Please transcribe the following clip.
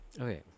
Okay